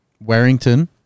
Warrington